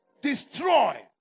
Destroy